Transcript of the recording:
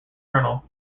kernel